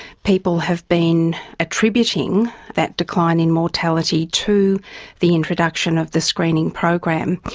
people have been attributing that decline in mortality to the introduction of the screening program.